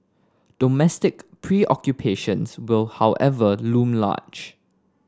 domestic preoccupations will however loom large